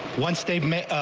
one state